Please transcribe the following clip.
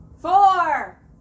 Four